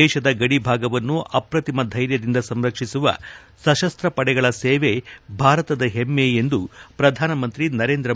ದೇಶದ ಗದಿ ಭಾಗವನ್ನು ಅಪ್ರತಿಮ ಧೈರ್ಯದಿಂದ ಸಂರಕ್ಷಿಸುವ ಸಶಸ್ತ್ವ ಪಡೆಗಳ ಸೇವೆ ಭಾರತದ ಹೆಮ್ಮೆ ಎಂದು ಪ್ರಧಾನಮಂತ್ರಿ